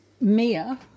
Mia